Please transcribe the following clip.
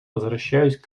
возвращаюсь